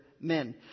men